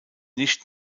nicht